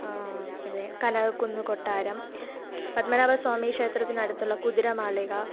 പിന്നെ കനകക്കുന്ന് കൊട്ടാരം പത്മനാഭസ്വാമി ക്ഷേത്രത്തിനടുത്തുള്ള കുതിര മാളിക